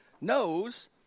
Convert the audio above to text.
knows